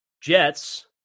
Jets